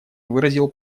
выразил